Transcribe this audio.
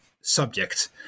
subject